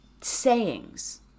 sayings